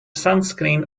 sunscreen